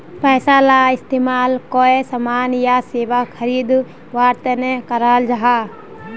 पैसाला इस्तेमाल कोए सामान या सेवा खरीद वार तने कराल जहा